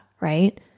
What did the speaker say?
right